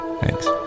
thanks